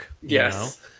Yes